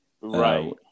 right